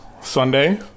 sunday